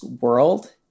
world